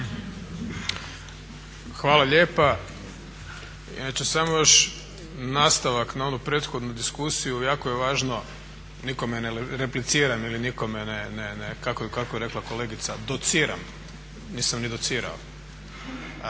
Hvala lijepa. Inače samo još nastavak na onu prethodnu diskusiju. Jako je važno nikome ne repliciram ili nikome ne, kako je rekla kolegica dociram, nisam ni docirao.